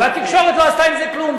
והתקשורת לא עשתה עם זה כלום,